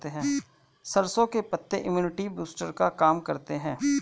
सरसों के पत्ते इम्युनिटी बूस्टर का काम करते है